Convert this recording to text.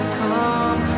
come